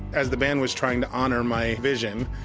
as the band was trying to honor my vision,